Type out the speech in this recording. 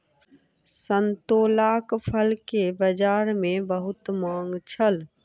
संतोलाक फल के बजार में बहुत मांग छल